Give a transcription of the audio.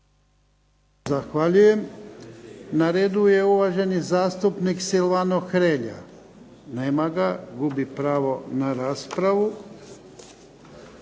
Zahvaljujem. Na redu je uvaženi zastupnik Silvano Hrelja. Nema ga. Gubi pravo na raspravu.